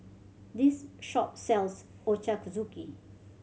this shop sells Ochazuke